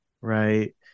Right